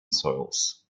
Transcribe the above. soils